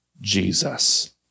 Jesus